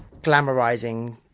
glamorizing